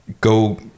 go